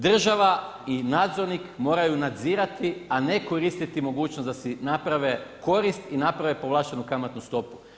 Država i nadzornik moraju nadzirati a ne koristiti mogućnost da si naprave korist i naprave povlaštenu kamatnu stopu.